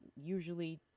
usually